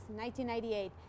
1998